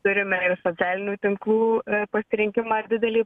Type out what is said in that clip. turime ir socialinių tinklų pasirinkimą didelį